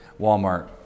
walmart